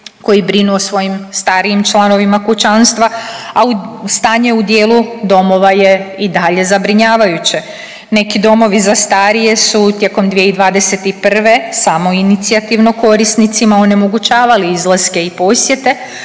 koji brinu o svojim starijim članovima kućanstva, a stanje u dijelu domova je i dalje zabrinjavajuće. Neki domovi za starije su tijekom 2021. samoinicijativno korisnicima onemogućavali izlaske i posjete,